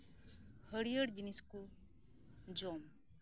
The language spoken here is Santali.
ᱦᱟᱹᱲᱭᱟᱹᱨ ᱡᱤᱱᱤᱥ ᱠᱚ ᱡᱚᱢ